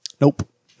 Nope